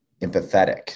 empathetic